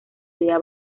idea